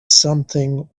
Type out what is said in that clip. something